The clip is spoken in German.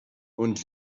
und